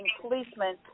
policemen